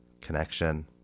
connection